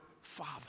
Father